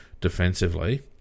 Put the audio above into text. defensively